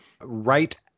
right